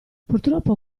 purtroppo